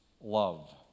love